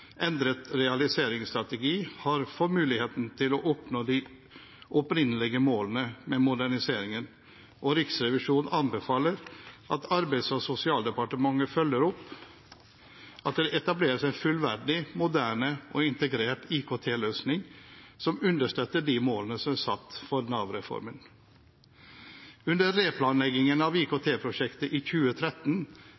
endret realiseringsstrategi har for muligheten til å oppnå de opprinnelige målene med moderniseringen. Riksrevisjonen anbefaler at Arbeids- og sosialdepartementet følger opp at det etableres en fullverdig, moderne og integrert IKT-løsning som understøtter de målene som er satt for Nav-reformen. Under replanleggingen av IKT-prosjektet i 2013